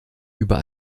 über